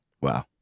Wow